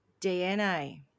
DNA